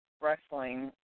wrestling